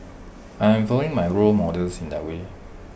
I am following my role models in that way